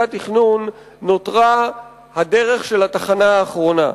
התכנון נותרה הדרך של התחנה האחרונה: